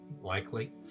likely